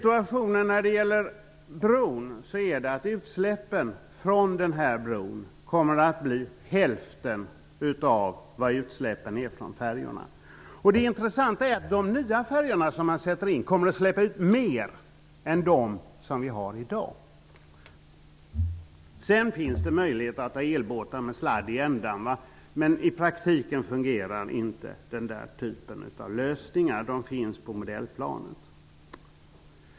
Utsläppen från den här bron kommer att bli hälften jämfört med utsläppen från färjorna. Det intressanta är att de nya färjorna som sätts in kommer att släppa ut mer än de som vi har i dag. På modellplanet finns elbåtar med en sladd i ändan, men i praktiken fungerar inte den typen av lösningar.